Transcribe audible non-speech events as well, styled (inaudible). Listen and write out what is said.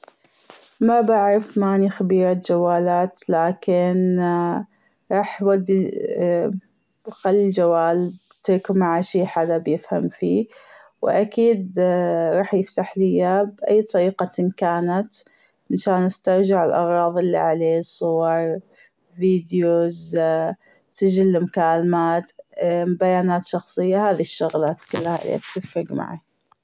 ما بعرف ماني خبيرة جوالات لكن راح ودي (hesitation) محل الجوال بحكي مع شي حدا بيفهم فيه واكيد راح يفتحلي أياه بأي طريقة كانت منشان أسترجع الأغراظ اللي عليه الصور فيديوز سجل مكالمات بيانات شخصية هذي الشغلات كل هي بتفرق معي.